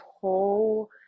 whole